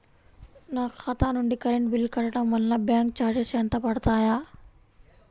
నా ఖాతా నుండి కరెంట్ బిల్ కట్టడం వలన బ్యాంకు చార్జెస్ ఎంత పడతాయా?